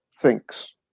thinks